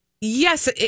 yes